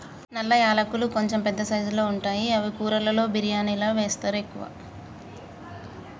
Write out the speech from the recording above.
నల్ల యాలకులు కొంచెం పెద్ద సైజుల్లో ఉంటాయి అవి కూరలలో బిర్యానిలా వేస్తరు ఎక్కువ